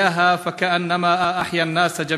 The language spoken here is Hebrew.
כאילו איבד עולם מלא,